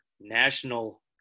national